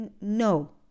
No